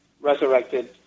resurrected